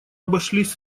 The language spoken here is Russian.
обошлись